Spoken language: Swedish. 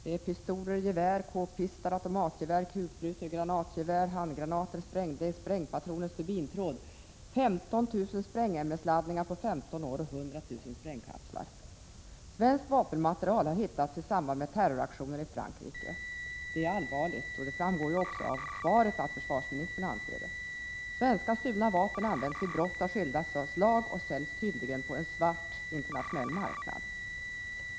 Det är pistoler och gevär, k-pistar, automatgevär, kulsprutor och granatgevär, handgranater, sprängdeg, sprängpatroner och stubintråd — 15 000 sprängämnesladdningar på 15 år och 100 000 sprängkapslar. Prot. 1986/87:42 Svensk vapenmateriel har hittats i samband med terroraktioner i Frankri 4 december 1986 ke. Detta är allvarligt, och det framgår ju av svaret att även försvarsministern. = anser det. Stulna svenska vapen används vid brott av skilda slag och säljs tydligen på en svart internationell marknad.